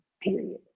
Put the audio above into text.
period